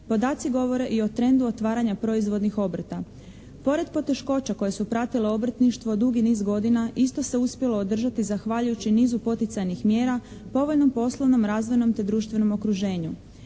Podaci govore i o trendu otvaranja proizvodnih obrta. Pored poteškoća koje su pratile obrtništvo dugi niz godina isto se uspjelo održati zahvaljujući nizu poticajnih mjera, povoljnom poslovnom, razvojnom te društvenom okruženju.